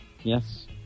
Yes